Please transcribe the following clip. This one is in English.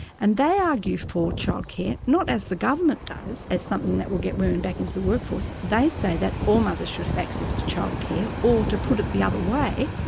and they argue for child care, not as the government does, as something that will get women back into the workforce, they say that all mothers should have access to childcare, or to put it the other way,